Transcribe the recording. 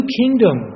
kingdom